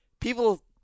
people